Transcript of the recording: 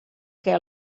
què